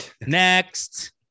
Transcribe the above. Next